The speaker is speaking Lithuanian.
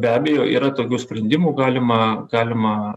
be abejo yra tokių sprendimų galima galima